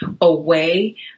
away